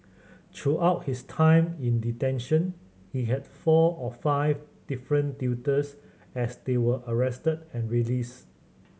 throughout his time in detention he had four or five different tutors as they were arrested and released